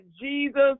Jesus